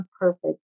perfect